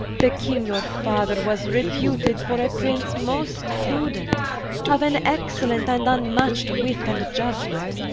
the king your father, was reputed for a prince most prudent of an excellent and vnmatch'd wit, and iudgement.